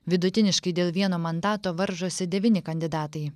vidutiniškai dėl vieno mandato varžosi devyni kandidatai